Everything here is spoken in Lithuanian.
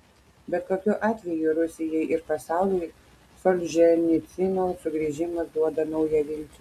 bet kokiu atveju rusijai ir pasauliui solženicyno sugrįžimas duoda naują viltį